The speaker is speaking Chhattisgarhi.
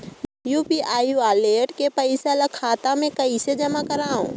यू.पी.आई वालेट के पईसा ल खाता मे कइसे जमा करव?